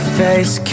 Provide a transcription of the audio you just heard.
face